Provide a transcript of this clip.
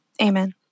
Amen